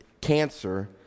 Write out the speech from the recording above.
cancer